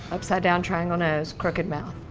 upside down triangle nose, crooked mouth.